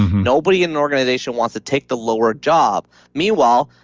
nobody in the organization wants to take the lower job. meanwhile,